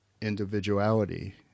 individuality